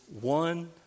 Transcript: one